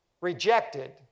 rejected